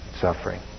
suffering